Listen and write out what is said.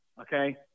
Okay